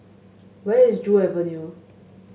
where is Joo Avenue